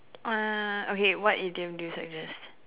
uh okay what idiom do you suggest